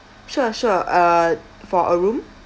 sure sure uh for a room